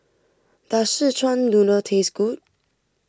does Szechuan Noodle taste good